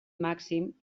màxim